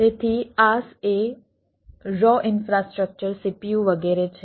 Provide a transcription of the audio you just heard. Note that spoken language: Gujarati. તેથી IaaS એ RAW ઇન્ફ્રાસ્ટ્રક્ચર CPU વગેરે છે